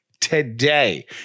today